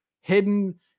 hidden